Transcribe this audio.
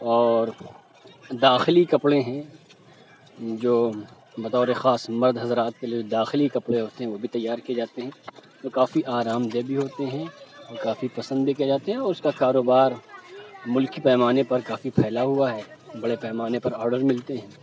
اور داخلی کپڑے ہیں جو بطور خاص مرد حضرات کے لیے داخلی کپڑے ہوتے ہیں وہ بھی تیار کیے جاتے ہیں جو کافی آرام دہ بھی ہوتے ہیں اور کافی پسند بھی کیے جاتے ہیں اور اس کا کاروبار ملکی پیمانے پر کافی پھیلا ہوا ہے بڑے پیمانے پر آڈر ملتے ہیں